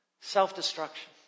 self-destruction